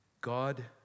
God